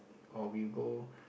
or we go